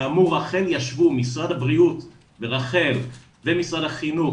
כאמור אכן ישבו משרד הבריאות ורח"ל ומשרד החינוך,